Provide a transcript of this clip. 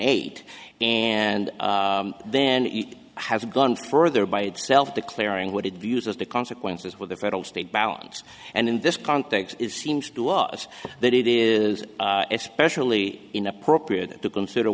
eight and then has gone further by itself declaring what it views as the consequences for the federal state balance and in this context it seems to us that it is especially inappropriate to consider